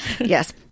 Yes